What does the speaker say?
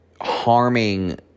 harming